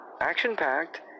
action-packed